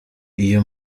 ayo